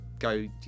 go